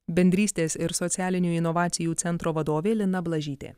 bendrystės ir socialinių inovacijų centro vadovė lina blažytė